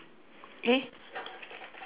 eh